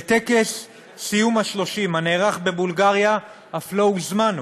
לטקס סיום השלושים שנערך בבולגריה אף לא הוזמנו,